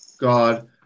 god